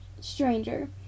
stranger